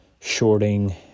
shorting